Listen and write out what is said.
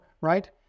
right